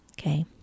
okay